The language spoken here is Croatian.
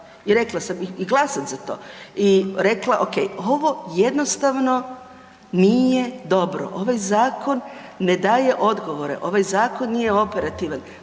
i rekla sam i glasam za to, i rekla ok, ovo jednostavno nije dobro, ovaj zakon ne daje odgovore, ovaj zakon nije operativan.